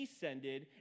descended